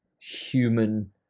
human